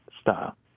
style